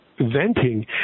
venting